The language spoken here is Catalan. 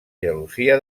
gelosia